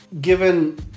given